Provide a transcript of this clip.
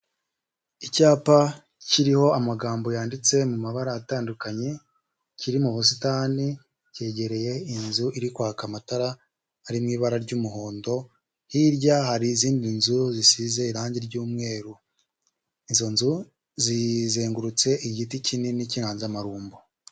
Icyapa kiriho amagambo yanditse mu mabara atandukanye kiri mu busitani cyegereye inzu iri kwaka amatara ari mu ibara ry'umuhondo, hirya hari izindi nzu zisize irangi ry'umweru, izo nzu zizengurutse igiti kinini cy'inganzamarumbo.